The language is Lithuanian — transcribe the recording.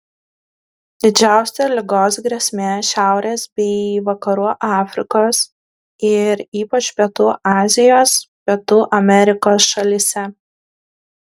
didžiausia ligos grėsmė šiaurės bei vakarų afrikos ir ypač pietų azijos pietų amerikos šalyse